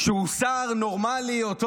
שר נורמלי או טוב.